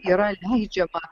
yra leidžiama